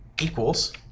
equals